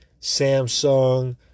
Samsung